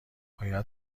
باید